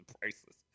priceless